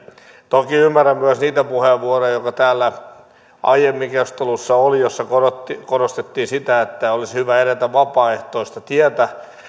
toki ymmärrän myös niitä puheenvuoroja joita täällä aiemmin keskustelussa oli ja joissa korostettiin korostettiin sitä että olisi hyvä edetä vapaaehtoista tietä